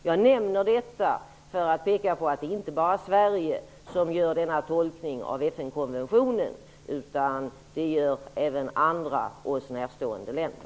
Jag nämner detta för att peka på att det inte bara är Sverige som gör denna tolkning av FN-konventionen. Det gör även andra oss närstående länder.